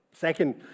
Second